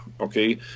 Okay